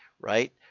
right